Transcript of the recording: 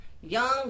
young